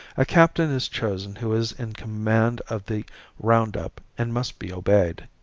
a captain is chosen who is in command of the round-up and must be obeyed.